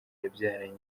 yabyaranye